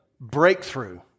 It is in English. breakthrough